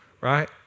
Right